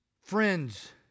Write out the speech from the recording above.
friends